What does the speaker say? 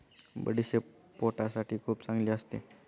बडीशेप पोटासाठी खूप चांगली असते